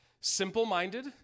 Simple-minded